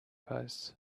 posts